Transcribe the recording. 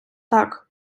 так